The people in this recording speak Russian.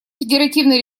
федеративной